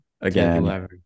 again